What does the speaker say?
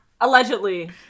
Allegedly